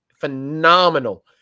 phenomenal